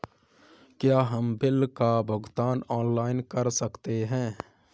क्या हम बिल का भुगतान ऑनलाइन कर सकते हैं?